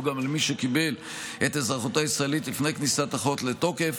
גם על מי שקיבל את אזרחותו הישראלית לפני כניסת החוק לתוקף,